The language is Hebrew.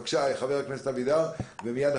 בבקשה, חבר הכנסת אבידר אחריו